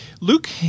Luke